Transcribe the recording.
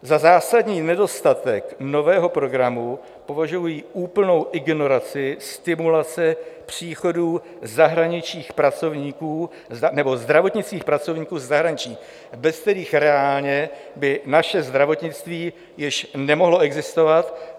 Za zásadní nedostatek nového programu považuji úplnou ignoraci stimulace příchodu zahraničních pracovníků nebo zdravotnických pracovníků ze zahraničí, bez kterých reálně by naše zdravotnictví již nemohlo existovat.